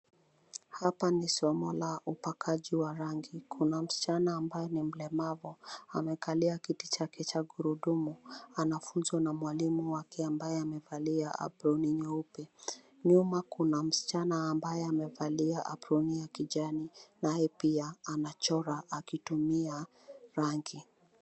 Hapa ni somo la upakaji wa rangi. Kuna msichana ambaye ni mlemavu, amekalia kiti chake cha gurudumu, anafunzwa na mwalimu wake ambaye amevalia aproni nyeupe. Nyuma kuna msichana ambaye amevalia aproni ya kijani naye pia anachora akitumia rangi.